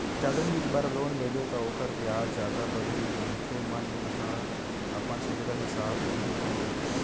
जादा दिन बर लोन लेबे त ओखर बियाज जादा बाड़ही मनखे मन ह अपन सुबिधा हिसाब ले ही लोन लेथे